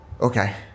Okay